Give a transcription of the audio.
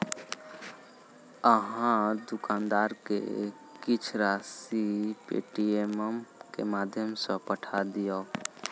अहाँ दुकानदार के किछ राशि पेटीएमम के माध्यम सॅ पठा दियौ